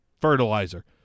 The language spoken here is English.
Fertilizer